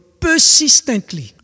persistently